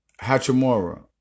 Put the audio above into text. Hachimura